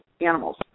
animals